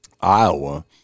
Iowa